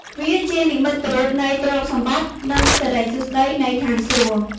វាជានិមិត្តរូបនៃទ្រព្យសម្បត្តិ និងសិរីសួស្តីនៃឋានសួគ៌។